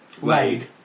Wade